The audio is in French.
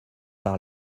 par